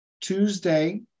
Tuesday